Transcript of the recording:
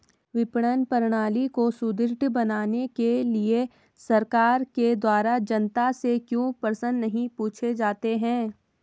विपणन प्रणाली को सुदृढ़ बनाने के लिए सरकार के द्वारा जनता से क्यों प्रश्न नहीं पूछे जाते हैं?